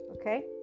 okay